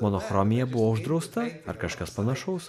monochromija buvo uždrausta ar kažkas panašaus